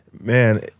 Man